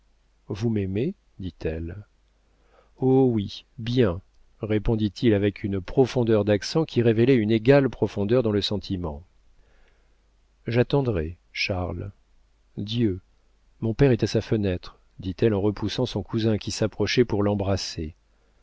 vous m'aimez dit-elle oh oui bien répondit-il avec une profondeur d'accent qui révélait une égale profondeur dans le sentiment j'attendrai charles dieu mon père est à sa fenêtre dit-elle en repoussant son cousin qui s'approchait pour l'embrasser